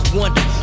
wonder